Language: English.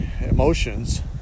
emotions